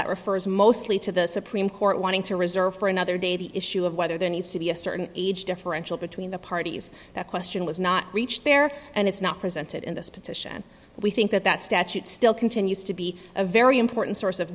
that refers mostly to the supreme court wanting to reserve for another day the issue of whether there needs to be a certain age differential between the parties that question was not reached there and it's not presented in this petition we think that that statute still continues to be a very important source of